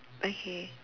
okay